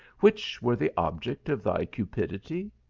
which were the object of thy cupidity?